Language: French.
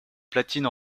platine